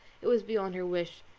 it was beyond her wish.